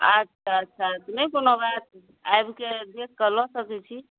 अच्छा अच्छा नहि कोनो बात आबिके देख कऽ लए सकय छी